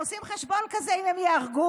הם עושים חשבון כזה: אם הם ייהרגו,